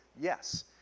Yes